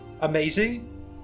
amazing